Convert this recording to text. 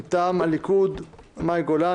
מטעם הליכוד מאי גולן,